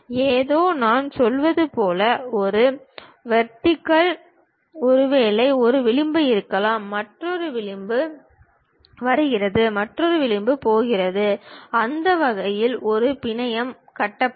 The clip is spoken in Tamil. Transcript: ஏதோ நான் சொல்வது போல் இது வெர்டெக்ஸ் ஒருவேளை ஒரு விளிம்பு இருக்கலாம் மற்றொரு விளிம்பு வருகிறது மற்றொரு விளிம்பு போகிறது அந்த வகையில் ஒரு பிணையம் கட்டப்படும்